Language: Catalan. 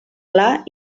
pla